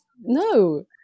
No